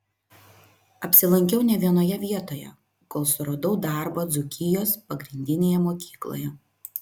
apsilankiau ne vienoje vietoje kol suradau darbą dzūkijos pagrindinėje mokykloje